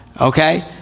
okay